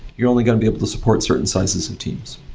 you're only going to be able to support certain sizes of teams.